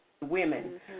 Women